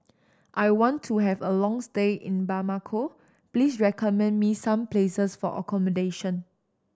I want to have a long stay in Bamako please recommend me some places for accommodation